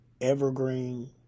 Evergreen